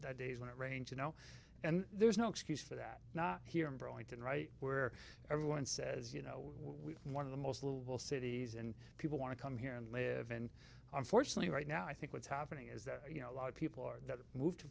that days when it rains you know and there's no excuse for that not here in burlington right where everyone says you know we in one of the most little cities and people want to come here and live and unfortunately right now i think what's happening is that you know a lot of people are moved to